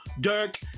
Dirk